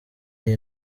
iyi